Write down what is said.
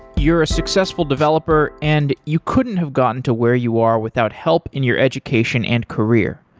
you're a successful developer and you couldn't have gotten to where you are without help in your education and career.